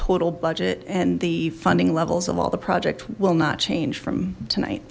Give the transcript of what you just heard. total budget and the funding levels of all the project will not change from tonight